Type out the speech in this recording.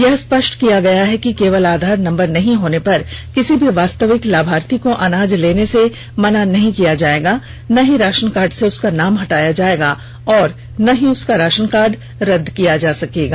यह स्पष्ट किया गया है कि केवल आधार नम्बर नहीं होने पर किसी भी वास्तविक लाभार्थी को अनाज लेने से मना नहीं किया जाएगा न ही राशन कार्ड से उसका नाम हटाया जाएगा और न उसका राशन कार्ड रद्द किया जाएगा